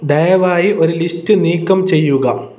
ദയവായി ഒരു ലിസ്റ്റ് നീക്കം ചെയ്യുക